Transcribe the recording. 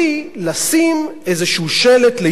לשים איזה שלט ליד,